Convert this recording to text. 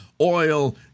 oil